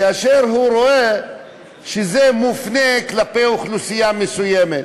כאשר הוא רואה שזה מופנה כלפי אוכלוסייה מסוימת.